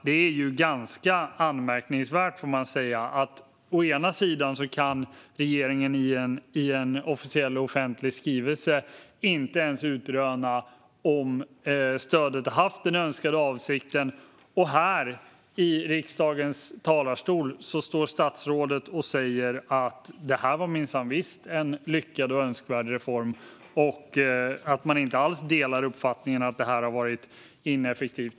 Det är ju ganska anmärkningsvärt, får man säga, att regeringen å ena sidan säger i en officiell och offentlig skrivelse att man inte ens kunnat utröna om stödet haft den önskade avsikten och att statsrådet å andra sidan säger här i riksdagens talarstol att det här minsann visst var en lyckad och önskvärd reform och att man inte alls delar uppfattningen att den varit ineffektiv.